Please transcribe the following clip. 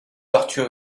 tortues